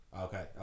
Okay